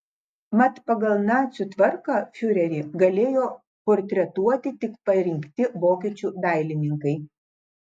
mat pagal nacių tvarką fiurerį galėjo portretuoti tik parinkti vokiečių dailininkai